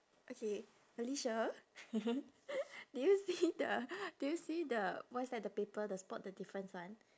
okay felicia do you see the do you see the what's that the paper the spot the difference one